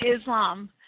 Islam